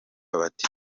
bati